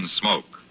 smoke